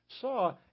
saw